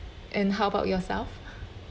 and how about yourself